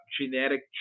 genetic